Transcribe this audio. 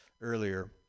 earlier